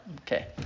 Okay